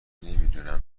نمیدونم